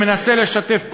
שמנסה לשתף פעולה,